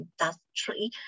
industry